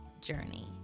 journey